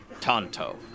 Tonto